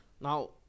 Now